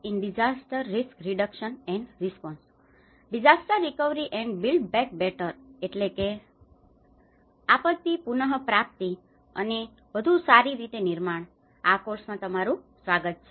disaster recovery and build back બેટરના disaster recovery and build back better આપત્તિ પુનપ્રાપ્તિ અને વધુ સારી રીતે નિર્માણ આ કોર્સમા તમારુ સ્વાગત છે